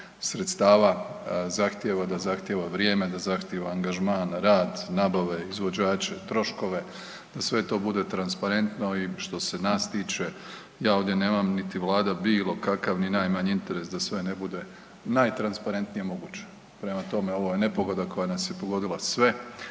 sredstava, zahtjeva, da zahtjeva vrijeme, da zahtjeva angažman, rad, nabave, izvođače, troškove, da sve to bude transparentno i što se nas tiče ja ovdje nemam, niti vlada bilo kakav ni najmanji interes da sve ne bude najtransparentnije moguće. Prema tome, ovo je nepogoda koja nas je pogodila sve